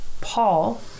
Paul